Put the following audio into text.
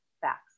facts